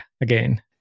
again